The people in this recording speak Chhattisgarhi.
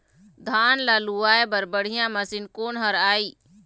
धान ला लुआय बर बढ़िया मशीन कोन हर आइ?